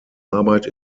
arbeit